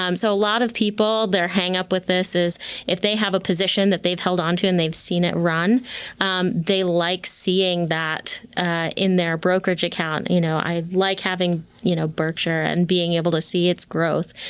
um so a lot of people their hang-up with this is if they have a position that they've held onto and they've seen it run um like seeing that in their brokerage account. you know i like having you know berkshire and being able to see its growth.